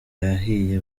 yahiye